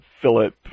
Philip